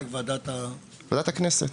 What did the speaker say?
וזה דרך ועדת --- ועדת הכנסת.